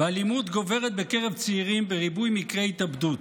באלימות גוברת בקרב צעירים, בריבוי מקרי התאבדות.